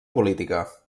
política